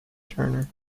turner